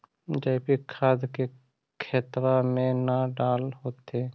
जैवीक खाद के खेतबा मे न डाल होथिं?